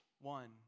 one